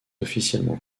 officiellement